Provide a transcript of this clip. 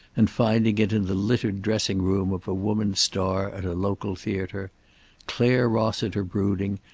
and finding it in the littered dressing-room of a woman star at a local theater clare rossiter brooding,